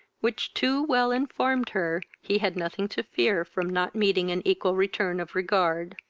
which too well informed her he had nothing to fear from not meeting an equal return of regard.